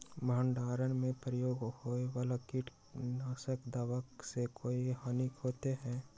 भंडारण में प्रयोग होए वाला किट नाशक दवा से कोई हानियों होतै?